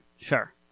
Sure